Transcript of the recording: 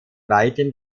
weiten